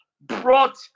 brought